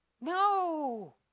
No